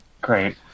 Great